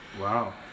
Wow